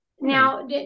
Now